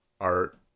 art